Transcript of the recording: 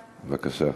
בבקשה.